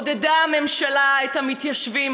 עודדה הממשלה את המתיישבים,